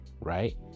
Right